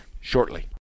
shortly